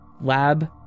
lab